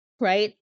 Right